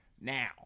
Now